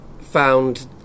found